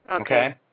okay